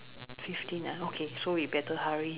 fifteen ah okay so we better hurry